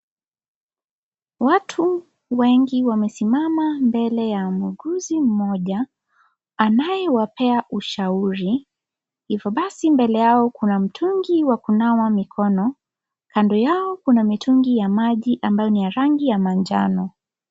Watu wengi wamesimama mbele ya muuguzi mmoja, anayewapea ushauri. Hivyo basi, mbele yao kuna mtungi wa kunawa mikono. Kando yao, kuna mtungi wa maji ambao ni wa rangi ya manjano.